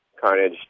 carnage